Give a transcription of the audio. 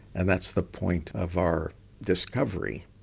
and that's the point of our discovery.